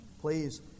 Please